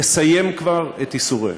לסיים כבר את ייסוריהם.